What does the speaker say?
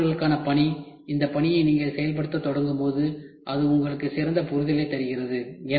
எனவே மாணவர்களுக்கான பணி இந்த பணியை நீங்கள் செயல்படுத்தத் தொடங்கும்போது அது உங்களுக்கு சிறந்த புரிதலைத் தருகிறது